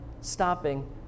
stopping